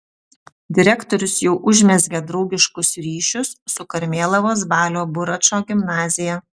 direktorius jau užmezgė draugiškus ryšius su karmėlavos balio buračo gimnazija